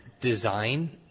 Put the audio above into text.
design